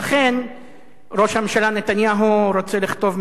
ראש הממשלה נתניהו רוצה לכתוב מכתב תשובה לאבו מאזן.